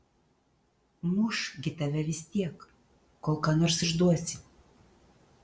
muš gi tave vis tiek kol ką nors išduosi